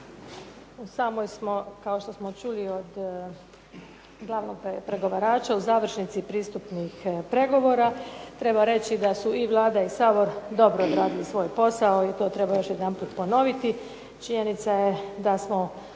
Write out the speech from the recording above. U samoj smo kao što smo čuli od glavnog pregovarača u završnici pristupnih pregovora. Treba reći da su i Vlada i Sabor dobro odradili svoj posao i to treba još jedanput ponoviti. Činjenica je da smo